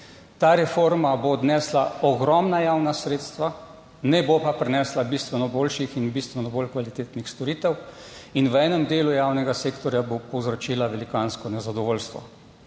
Ta reforma bo odnesla ogromna javna sredstva, ne bo pa prinesla bistveno boljših in bistveno bolj kvalitetnih storitev in v enem delu javnega sektorja bo povzročila velikansko nezadovoljstvo.